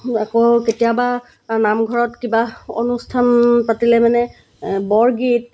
আকৌ কেতিয়াবা নামঘৰত কিবা অনুষ্ঠান পাতিলে মানে বৰগীত